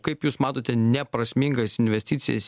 kaip jūs matote neprasmingas investicijas